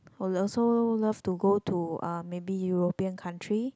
will also love to go to uh maybe European country